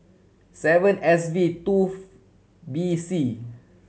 seven S V two B C